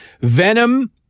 Venom